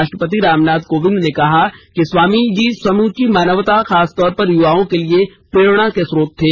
राष्ट्रपति रामनाथ कोविन्द ने कहा कि स्वामीजी समूची मानवता खास तौर पर युवाओं के लिए प्रेरणा के स्रोत थे